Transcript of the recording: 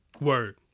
Word